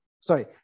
Sorry